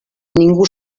ningú